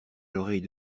l’oreille